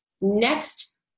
Next